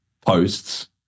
posts